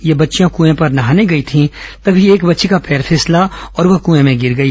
ये बच्चियां कए पर नहाने गए थीं तभी एक बच्ची का पैर फिसला और वह कूए में गिर गई